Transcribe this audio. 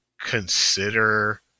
consider